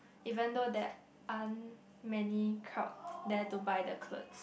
even though there aren't many crowd there to buy the clothes